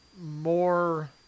more